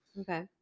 Okay